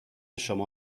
شما